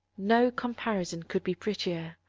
no comparison could be prettier,